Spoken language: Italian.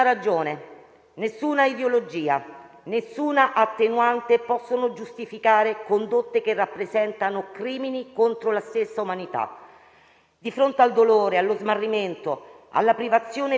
Di fronte al dolore, allo smarrimento, alla privazione violenta della libertà deve levarsi, unanime, la risposta comune, fondata sulla condanna senza incertezze di ogni intimidazione e violenza